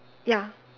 ya